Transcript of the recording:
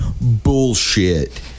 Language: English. bullshit